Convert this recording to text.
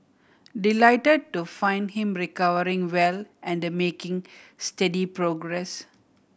delighted to find him recovering well and making steady progress